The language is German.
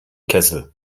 kessel